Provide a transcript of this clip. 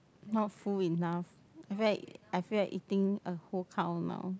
not full enough I feel like I feel like eating a whole cow now